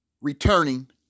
returning